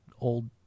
old